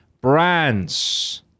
brands